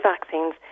vaccines